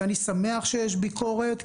ואני שמח שיש ביקורת,